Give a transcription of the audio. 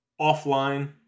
Offline